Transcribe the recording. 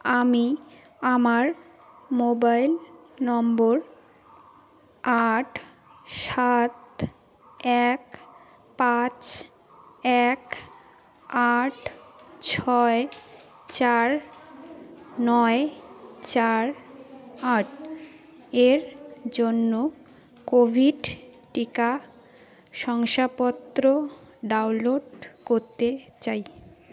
আমি আমার মোবাইল নম্বর আট সাত এক পাঁচ এক আট ছয় চার নয় চার আট এর জন্য কোভিড টিকা শংসাপত্র ডাউনলোড করতে চাই